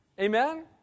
Amen